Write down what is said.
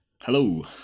Hello